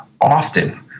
often